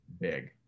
big